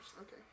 Okay